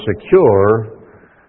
secure